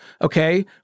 Okay